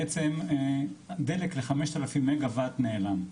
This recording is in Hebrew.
בעצם דלק ל-500 מגה וואט נעלם.